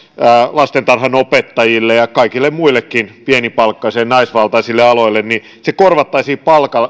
lastentarhanopettajille ja kaikille muillekin pienipalkkaisille naisvaltaisille aloille korvattaisiin